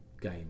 game